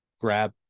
grab